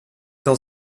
dans